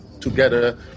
together